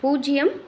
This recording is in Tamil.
பூஜ்ஜியம்